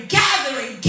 gathering